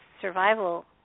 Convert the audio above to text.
survival